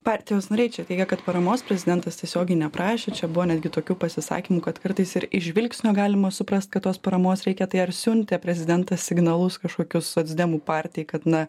partijos nariai čia teigia kad paramos prezidentas tiesiogiai neprašė čia buvo netgi tokių pasisakymų kad kartais ir iš žvilgsnio galima suprasti kad tos paramos reikia tai ar siuntė prezidentas signalus kažkokius socdemų partijai kad na